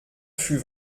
fut